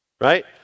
right